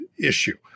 issue